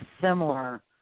similar